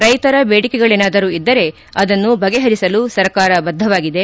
ರೈತರ ಬೇಡಿಕೆಗಳೇನಾದರೂ ಇದ್ದರೆ ಅದನ್ನು ಬಗೆಹಿಸಲು ಸರ್ಕಾರ ಬದ್ದವಾಗಿದೆ